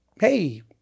hey